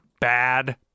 bad